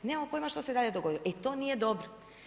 Nemamo pojma što se dalje dogodilo, e to nije dobro.